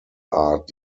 art